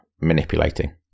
manipulating